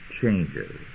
changes